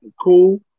cool